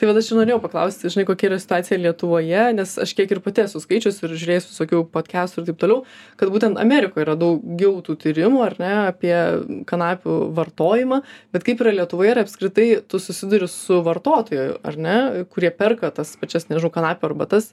tai vat aš ir norėjau paklausti žinai kokia yra situacija lietuvoje nes aš kiek ir pati esu skaičius ir žiūrėjus visokių pakestų ir taip toliau kad būtent amerikoj yra daugiau tų tyrimų ar ne apie kanapių vartojimą bet kaip yra lietuvoje ir apskritai tu susiduri su vartotoju ar ne kurie perka tas pačias nežinau kanapių arbatas